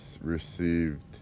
received